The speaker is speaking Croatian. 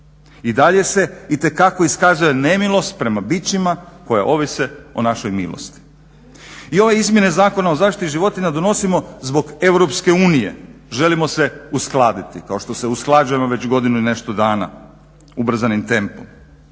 i dalje se itekako iskazuje nemilost prema bićima koji ovise o našoj milosti. I ove izmjene Zakona o zaštiti životinja donosimo zbog EU, želimo se uskladiti kao što se usklađujemo već godinu i nešto dana ubrzanim tempom,